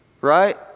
right